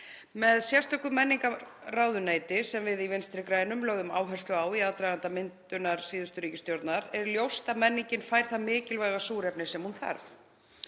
Með sérstöku menningarráðuneyti, sem við í Vinstri grænum lögðum áherslu á í aðdraganda myndunar síðustu ríkisstjórnar, er ljóst að menningin fær það mikilvæga súrefni sem hún þarf.